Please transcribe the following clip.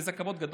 וזה כבוד גדול,